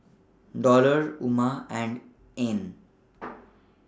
Dollah Umar and Ain